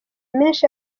menshi